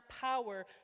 power